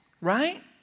right